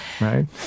right